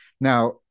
Now